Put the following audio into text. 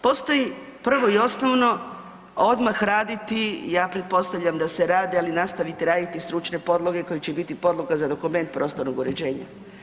Postoji prvo i osnovno, odmah raditi, ja pretpostavljam da se radi, ali nastavite raditi stručne podloge koje će biti podloga za dokument prostornog uređenja.